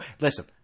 Listen